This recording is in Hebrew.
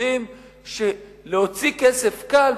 יודעים שלהוציא כסף זה קל,